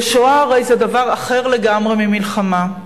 ושואה הרי זה דבר אחר לגמרי ממלחמה.